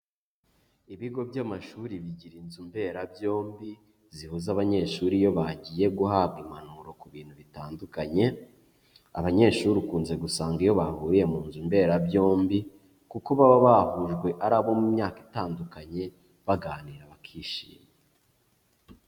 Ibigo by'amashuri bigira inzu mberabyombi, zihuza abanyeshuri iyo bagiye guhabwa impanuro ku bintu bitandukanye, abanyeshuri ukunze gusanga iyo bahuriye mu nzu mberabyombi, kuko baba bahujwe ari abo mu myaka itandukanye, baganira bakishima.